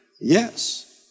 Yes